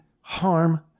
harm